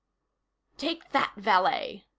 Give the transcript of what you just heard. take that, valet,